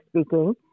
speaking